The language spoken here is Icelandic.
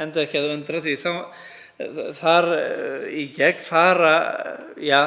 enda ekki að undra því að þar í gegn fara eða